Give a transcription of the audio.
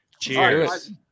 Cheers